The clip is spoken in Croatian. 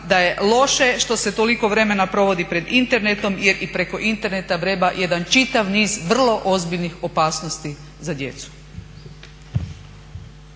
da je loše što se toliko vremena provodi pred internetom jer i preko interneta vreba jedan čitav niz vrlo ozbiljnih opasnosti za djecu.